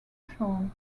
shown